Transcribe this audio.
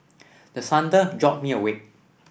the thunder jolt me awake